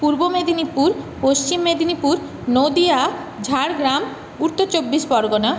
পূর্ব মেদিনীপুর পশ্চিম মেদিনীপুর নদীয়া ঝাড়গ্রাম উত্তর চব্বিশ পরগনা